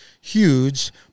huge